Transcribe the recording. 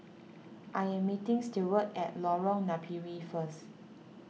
I am meeting Stewart at Lorong Napiri first